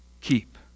keep